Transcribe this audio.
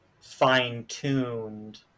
fine-tuned